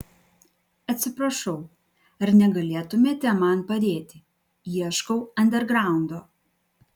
atsiprašau ar negalėtumėte man padėti ieškau andergraundo